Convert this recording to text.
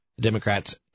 Democrats